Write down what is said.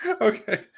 Okay